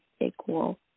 equal